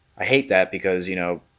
i hate that because you know,